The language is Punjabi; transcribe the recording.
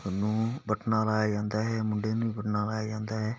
ਨੂੰ ਵਟਣਾਂ ਲਾਇਆ ਜਾਂਦਾ ਮੁੰਡੇ ਨੂੰ ਵੀ ਵਟਣਾਂ ਲਾਇਆ ਜਾਂਦਾ ਹੈ